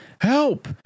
Help